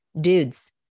dudes